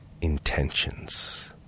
intentions